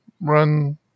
run